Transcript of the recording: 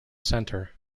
centre